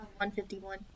151